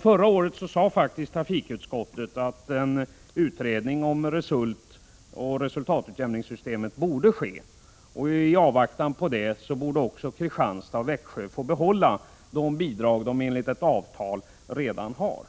Förra året sade trafikutskottet att en utredning om RESULT och resultatutjämningssystemet borde ske och att Kristianstad och Växjö i avvaktan på resultatet av utredningen borde få behålla de bidrag de enligt ett avtal redan har.